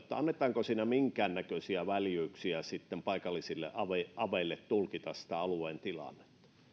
että annetaanko siinä minkäännäköisiä väljyyksiä sitten paikallisille aveille aveille tulkita sitä alueen tilannetta